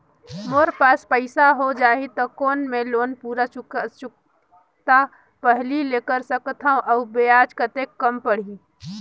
मोर पास पईसा हो जाही त कौन मैं लोन पूरा चुकता पहली ले कर सकथव अउ ब्याज कतेक कम पड़ही?